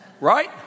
right